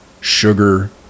sugar